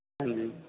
ਹਾਂਜੀ